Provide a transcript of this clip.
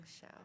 show